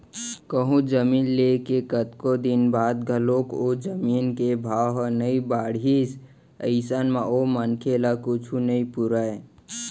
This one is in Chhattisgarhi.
कहूँ जमीन ले के कतको दिन बाद घलोक ओ जमीन के भाव ह नइ बड़हिस अइसन म ओ मनखे ल कुछु नइ पुरय